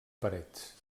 parets